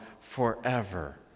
forever